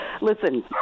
Listen